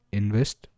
invest